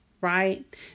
right